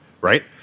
right